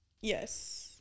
Yes